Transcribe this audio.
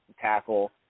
tackle